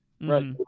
right